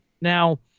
Now –